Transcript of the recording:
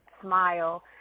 smile